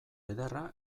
ederra